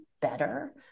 better